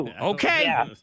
Okay